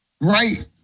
Right